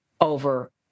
over